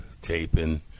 taping